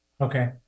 Okay